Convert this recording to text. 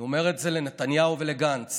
אני אומר את זה לנתניהו ולגנץ,